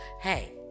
Hey